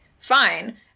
Fine